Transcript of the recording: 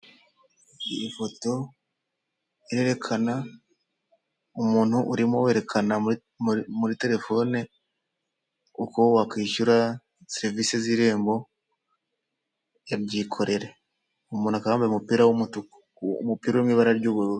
Iyi foto irerekana umuntu urimo werekana muri telefone uko wakwishyura serivisi z'irembo ya byikorere uwo umuntu akaba yambaye umupira w'umutuku, umupira w'ibara ry'ubururu.